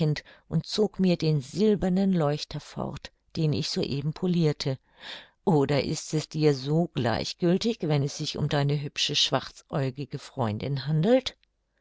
und zog mir den silbernen leuchter fort den ich so eben polirte oder ist es dir so gleichgültig wenn es sich um deine hübsche schwarzäugige freundin handelt